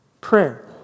prayer